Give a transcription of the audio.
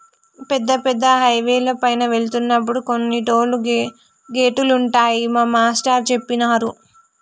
పెద్ద పెద్ద హైవేల పైన వెళ్తున్నప్పుడు కొన్ని టోలు గేటులుంటాయని మా మేష్టారు జెప్పినారు